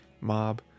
mob